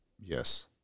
Yes